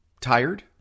tired